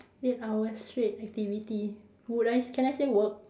eight hours straight activity would I can I say work